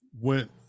went